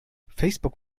facebook